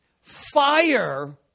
fire